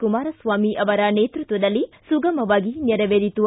ಕುಮಾರಸ್ವಾಮಿ ಅವರ ನೇತೃತ್ವದಲ್ಲಿ ಸುಗಮವಾಗಿ ನೆರವೇರಿತು